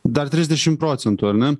dar trisdešim procentų ar ne